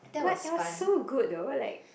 like it was so good though like